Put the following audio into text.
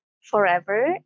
forever